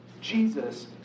Jesus